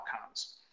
outcomes